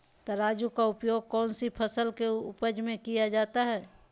तराजू का उपयोग कौन सी फसल के उपज में किया जाता है?